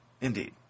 Indeed